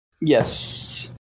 Yes